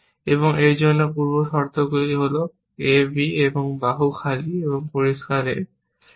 এবং এর জন্য পূর্বশর্তগুলি হল a b এবং বাহু খালি এবং পরিষ্কার a